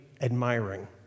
admiring